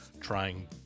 trying